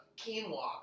quinoa